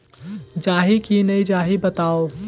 जाही की नइ जाही बताव?